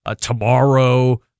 tomorrow